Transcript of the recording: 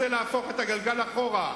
ורוצה להחזיר את הגלגל אחורה,